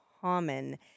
common